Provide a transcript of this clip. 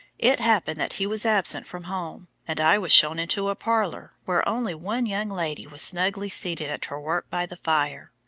it happened that he was absent from home, and i was shown into a parlour where only one young lady was snugly seated at her work by the fire.